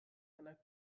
einer